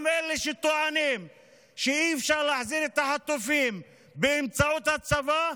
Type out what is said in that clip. גם אלה שטוענים שאי-אפשר להחזיר את החטופים באמצעות הצבא,